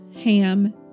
Ham